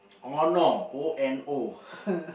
Ono O N O